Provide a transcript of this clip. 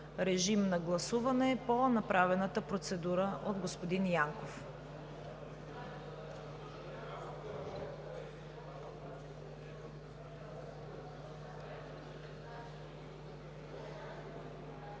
режим на гласуване по направената от господин Янков